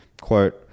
Quote